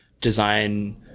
design